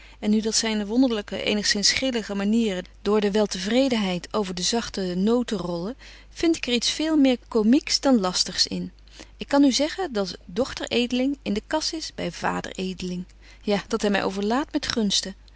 en nu dat zyne wonderlyke eenigzins grillige manieren door de weltevredenheid over de zagte noten rollen vind ik er iets veel meer comiecqs dan lastigs in ik kan u zeggen dat dochter edeling in de kas is by vader edeling ja dat hy my overlaadt met gunsten